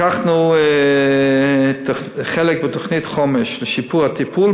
לקחנו חלק בתוכנית חומש לשיפור הטיפול